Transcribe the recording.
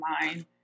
mind